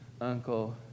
Uncle